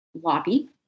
lobby